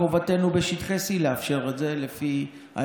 חובתנו היא גם לאפשר את זה בשטחי C, לפי ההסכמים,